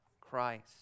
Christ